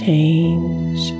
change